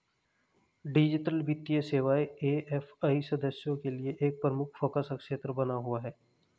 digital वित्तीय सेवाएं AFI सदस्यों के लिए एक प्रमुख फोकस क्षेत्र बना हुआ है